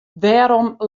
wêrom